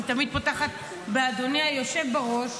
אני תמיד פותחת באדוני היושב בראש,